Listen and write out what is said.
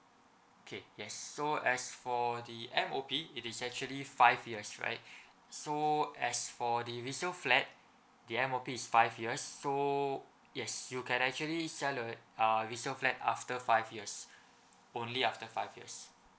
okay okay so as for the M_O_P it is actually five years right so as for the resale flat the M_O_P is five years so yes you can actually sell a uh resale flat after five years only after five years